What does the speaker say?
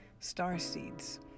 starseeds